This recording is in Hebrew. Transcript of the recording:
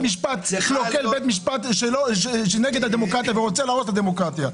זה בית משפט שנגד הדמוקרטיה ורוצה להרוס את הדמוקרטיה.